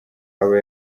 aba